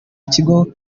ikigo